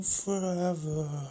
forever